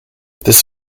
this